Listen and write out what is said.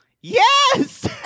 Yes